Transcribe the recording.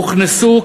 הוכנסו,